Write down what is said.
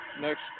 next